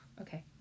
Okay